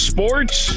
Sports